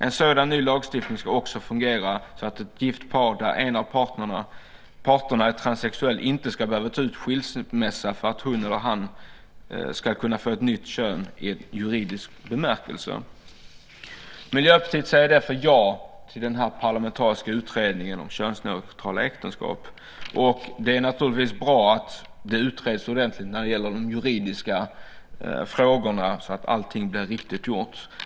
En sådan ny lagstiftning ska också fungera så att ett gift par där en av parterna är transsexuell inte ska behöva ta ut skilsmässa för att hon eller han ska kunna få ett nytt kön i juridisk bemärkelse. Miljöpartiet säger därför ja till den parlamentariska utredningen om könsneutrala äktenskap. Det är naturligtvis bra att det utreds ordentligt när det gäller de juridiska frågorna så att allting blir riktigt gjort.